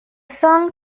song